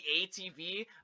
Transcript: ATV